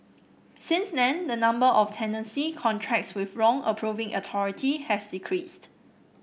since then the number of tenancy contracts with wrong approving authority has decreased